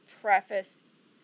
preface